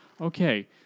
okay